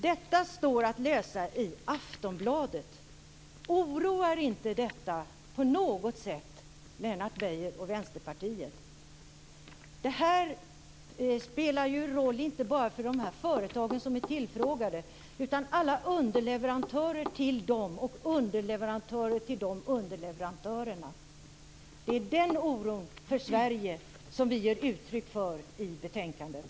Detta står att läsa i Aftonbladet. Oroar inte detta på något sätt Lennart Beijer och Vänsterpartiet? Det här spelar ju inte bara roll för de företag som är tillfrågade. Utan det handlar också om alla deras underleverantörer och underleverantörernas underleverantörer. Det är den här oron för Sverige som vi ger uttryck för i betänkandet.